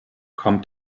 kommt